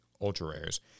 ultra-rares